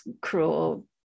cruel